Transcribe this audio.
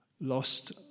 lost